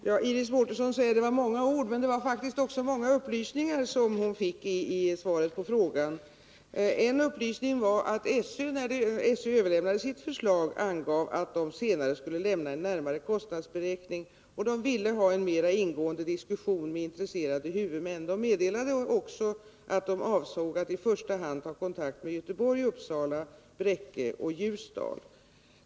Herr talman! Iris Mårtensson säger att det var många ord i svaret, men det var faktiskt också många upplysningar som hon fick där. En upplysning var att skolöverstyrelsen, när den överlämnade sitt förslag, angav att den senare skulle lämna en närmare kostnadsberäkning. SÖ ville ha en mera ingående diskussion med intresserade huvudmän och meddelade att man avsåg att i första hand ta kontakt med Göteborg, Uppsala, Bräcke och Ljusdal.